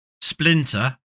Splinter